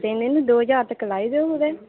तिन्न नेईं दौ ज्हार तक्कर लाई ओड़ो कुतै